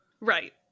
Right